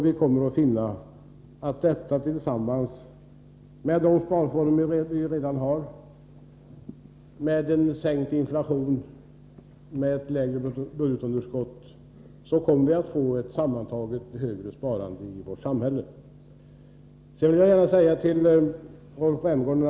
Vi kommer att finna att detta tillsammans med de sparformer vi redan har, en sänkt inflation och ett lägre budgetunderskott skall leda till att vi sammantaget får ett högre sparande i vårt samhälle. Rolf Rämgård talade om sparade till bostäder.